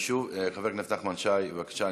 חבר הכנסת נחמן שי, בבקשה.